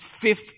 fifth